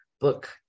book